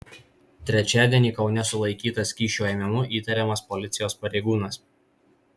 trečiadienį kaune sulaikytas kyšio ėmimu įtariamas policijos pareigūnas